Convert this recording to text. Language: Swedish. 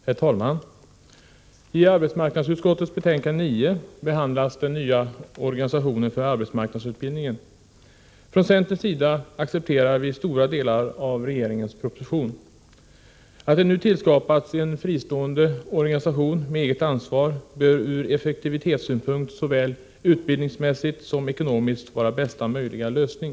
Herr talman! I arbetsmarknadsutskottets betänkande 9 behandlas den nya organisationen för arbetsmarknadsutbildningen. Från centerns sida accepte rar vi stora delar av regeringens proposition. Att det nu tillskapas en Nr 55 fristående organisation med eget ansvar bör ur effektivitetssynpunkt, såväl Ö : ä Måndagen den utbildningsmässigt som ekonomiskt, vara bästa möjliga lösning.